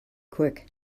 quick